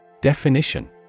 Definition